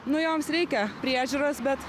nu joms reikia priežiūros bet